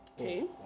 Okay